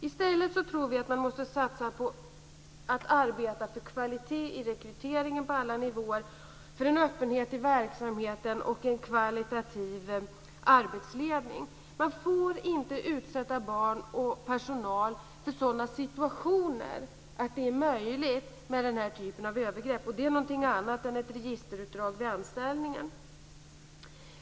I stället tror vi att man måste satsa på att arbeta för kvalitet i rekryteringen på alla nivåer, på en öppenhet i verksamheten och på en kvalitativ arbetsledning. Man får inte utsätta barn och personal för sådana situationer att denna typ av övergrepp är möjliga. Det är någonting annat än ett registerutdrag vid anställningen.